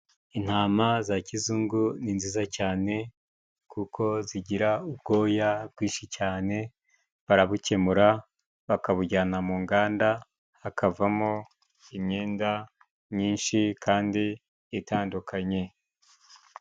Intama za kizungu ni nziza cyane, kuko zigira ubwoya bwinshi cyane, barabukemura, bakabujyana mu nganda, hakavamo imyenda myinshi kandi itandukanye.